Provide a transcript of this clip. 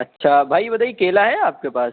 اچّھا بھائی بتائیے کیلا ہے آپ کے پاس